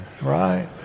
right